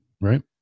Right